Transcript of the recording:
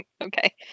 Okay